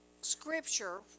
scripture